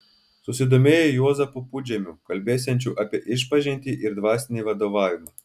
susidomėjo juozapu pudžemiu kalbėsiančiu apie išpažintį ir dvasinį vadovavimą